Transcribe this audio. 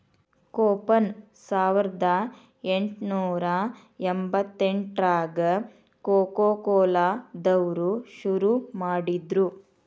coupon ಸಾವರ್ದಾ ಎಂಟ್ನೂರಾ ಎಂಬತ್ತೆಂಟ್ರಾಗ ಕೊಕೊಕೊಲಾ ದವ್ರು ಶುರು ಮಾಡಿದ್ರು